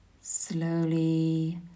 Slowly